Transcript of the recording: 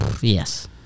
Yes